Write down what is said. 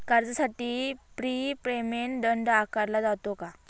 कर्जासाठी pre payment दंड आकारला जातो का?